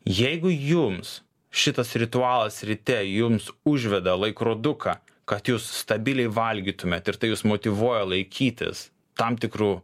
jeigu jums šitas ritualas ryte jums užveda laikroduką kad jūs stabiliai valgytumėt ir tai jus motyvuoja laikytis tam tikrų